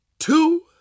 Two